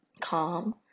Calm